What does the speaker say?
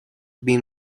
been